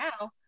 now